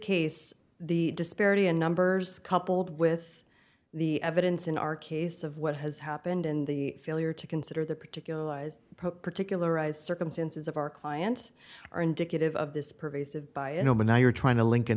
case the disparity in numbers coupled with the evidence in our case of what has happened in the failure to consider the particular lies particularize circumstances of our client are indicative of this pervasive by an open now you're trying to lin